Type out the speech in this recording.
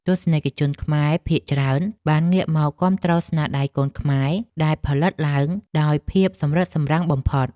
ទស្សនិកជនខ្មែរភាគច្រើនបានងាកមកគាំទ្រស្នាដៃកូនខ្មែរដែលផលិតឡើងដោយភាពសម្រិតសម្រាំងបំផុត។